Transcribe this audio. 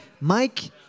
Mike